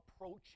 approach